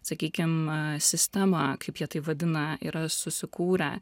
sakykim sistemą kaip jie tai vadina yra susikūrę